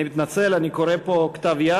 אני מתנצל, אני קורא פה כתב-יד,